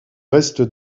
restes